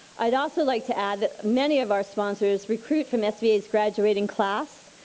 i'd also like to add that many of our sponsors recruit from sva's graduating class,